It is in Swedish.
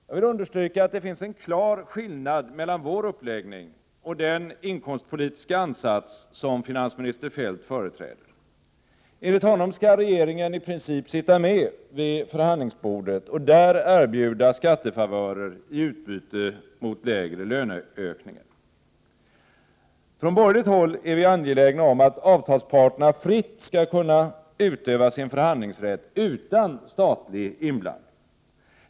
Jag vill understryka att det finns en klar skillnad mellan vår uppläggning och den inkomstpolitiska ansats som finansminister Feldt företräder. Enligt honom skall regeringen i princip sitta med vid förhandlingsbordet och där erbjuda skattefavörer i utbyte mot lägre löneökningar. Från borgerligt håll är vi angelägna om att avtalsparterna fritt skall kunna utöva sin förhandlingsrätt utan statlig inblandning.